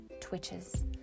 twitches